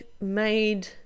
made